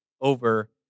over